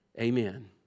Amen